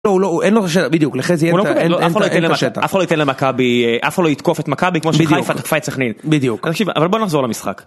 הוא לא הוא אין לו, בדיוק לכן זה, הוא לא יקבל, אף אחד לא יתן למכבי, אף אחד לא יתקוף את מכבי כמו שחיפה תקפה את סכנין בדיוק אבל בוא נחזור למשחק.